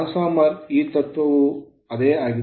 ಟ್ರಾನ್ಸ್ farmer ಈ ತತ್ವವು ಅದೇ ಆಗಿದೆ